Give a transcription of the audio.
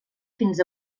fins